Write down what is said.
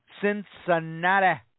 Cincinnati